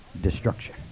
destruction